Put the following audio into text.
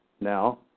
now